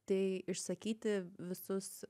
tai išsakyti visus